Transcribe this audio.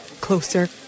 closer